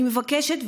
אני מבקשת,